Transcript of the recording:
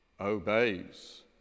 obeys